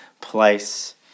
place